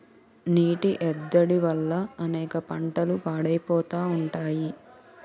నీటి ఎద్దడి వల్ల అనేక పంటలు పాడైపోతా ఉంటాయి